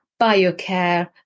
Biocare